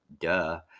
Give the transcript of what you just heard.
duh